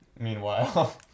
meanwhile